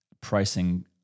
pricing